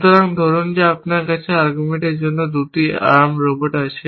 সুতরাং ধরুন আমাদের কাছে আর্গুমেন্টের জন্য 2টি আর্ম রোবট আছে